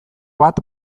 bat